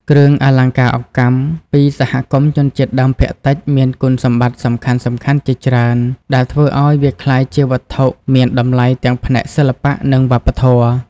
គ្រឿងអលង្ការអង្កាំពីសហគមន៍ជនជាតិដើមភាគតិចមានគុណសម្បត្តិសំខាន់ៗជាច្រើន ដែលធ្វើឱ្យវាក្លាយជាវត្ថុមានតម្លៃទាំងផ្នែកសិល្បៈ និងវប្បធម៌។